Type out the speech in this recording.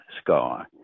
sky